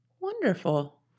Wonderful